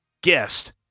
guest